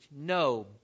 no